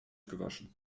gewaschen